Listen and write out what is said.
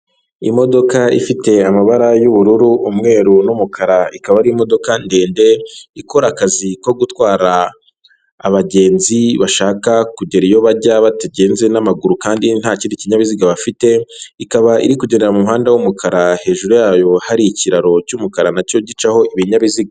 Imodoka ifite amabara y'ubururu, umweru, n'umukara, ikaba ari imodoka ndende ikora akazi ko gutwara abagenzi bashaka kugera iyo bajya batagenze n'amaguru kandi nta kindi kinyabiziga bafite, ikaba iri kugera mu muhanda w'umukara, hejuru yayo hari ikiraro cy'umukara na cyo gicaho ibinyabiziga.